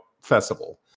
festival